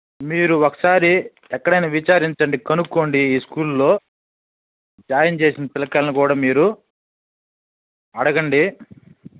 మీరు ఒకసారి ఎక్కడైనా విచారించండి కనుక్కోండి ఈ స్కూల్లో జాయిన్ చేసిన పిల్లకాయల్ని కూడా మీరు అడగండి